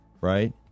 right